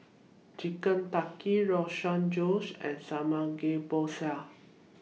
Chicken Tikka Rogan Josh and Samgeyopsal